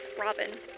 Robin